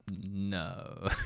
No